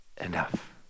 enough